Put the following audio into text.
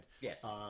Yes